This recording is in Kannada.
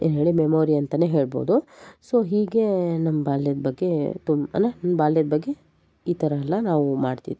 ಏನು ಹೇಳಿ ಮೆಮೋರಿ ಅಂತ ಹೇಳ್ಬೋದು ಸೋ ಹೀಗೆ ನಮ್ಮ ಬಾಲ್ಯದ ಬಗ್ಗೆ ತುಂಬ ಬಾಲ್ಯದ ಬಗ್ಗೆ ಈ ಥರ ಎಲ್ಲ ನಾವು ಮಾಡ್ತಿದ್ವಿ